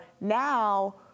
now